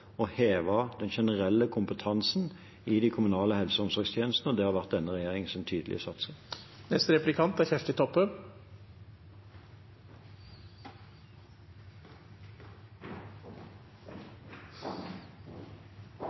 heve den generelle kompetansen i de kommunale helse- og omsorgstjenestene, og det har vært denne regjeringens tydelige satsing. Riksrevisjonen har jo påpeikt at samhandlingsreforma ikkje er